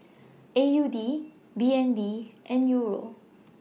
A U D B N D and Euro